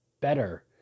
better